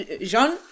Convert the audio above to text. Jean